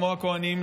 כמו הכוהנים,